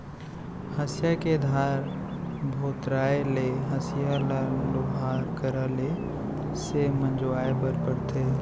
हँसिया के धार भोथराय ले हँसिया ल लोहार करा ले से मँजवाए बर परथे